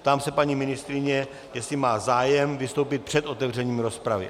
Ptám se paní ministryně, jestli má zájem vystoupit před otevřením rozpravy.